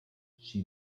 she